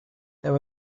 there